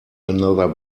another